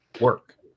work